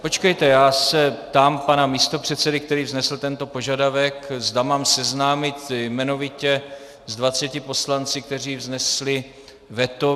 Počkejte, já se ptám pana místopředsedy, který vznesl tento požadavek, zda mám seznámit jmenovitě s dvaceti poslanci, kteří vznesli veto.